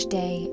day